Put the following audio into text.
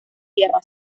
tierra